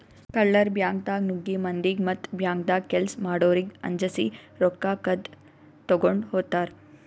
ಕಳ್ಳರ್ ಬ್ಯಾಂಕ್ದಾಗ್ ನುಗ್ಗಿ ಮಂದಿಗ್ ಮತ್ತ್ ಬ್ಯಾಂಕ್ದಾಗ್ ಕೆಲ್ಸ್ ಮಾಡೋರಿಗ್ ಅಂಜಸಿ ರೊಕ್ಕ ಕದ್ದ್ ತಗೊಂಡ್ ಹೋತರ್